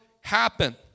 happen